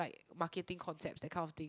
marketing concepts that kind of thing